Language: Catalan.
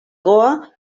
goa